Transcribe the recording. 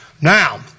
Now